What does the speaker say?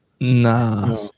Nah